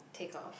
take off